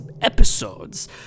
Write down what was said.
episodes